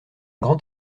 grand